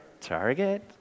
Target